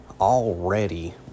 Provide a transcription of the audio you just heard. already